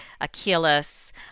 Achilles